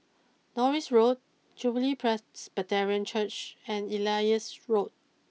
Norris Road Jubilee Presbyterian Church and Elias Road